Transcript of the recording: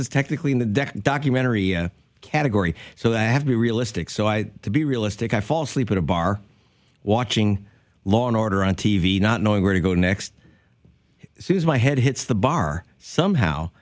is technically in the documentary category so i have to be realistic so i to be realistic i fall asleep at a bar watching law and order on t v not knowing where to go next this is my head hits the bar somehow